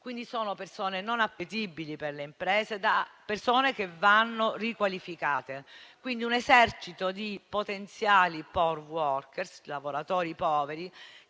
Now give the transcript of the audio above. quindi persone non appetibili per le imprese; sono persone che vanno riqualificate. Si tratta di un esercito di potenziali *poor workers*, lavoratori poveri,